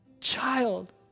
child